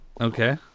Okay